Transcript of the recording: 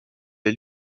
les